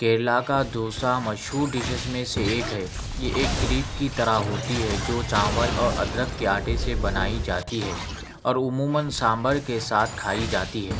کیرلہ کا دوسا مشہور ڈیسس میں سے ایک ہے یہ ایک کریب کی طرح ہوتی ہے جو چاول اور ادرک کے آٹے سے بنائی جاتی ہے اور عمومًا سانبر کے ساتھ کھائی جاتی ہے